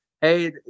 hey